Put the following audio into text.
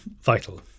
vital